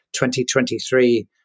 2023